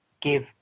give